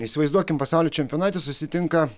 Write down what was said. įsivaizduokim pasaulio čempionate susitinka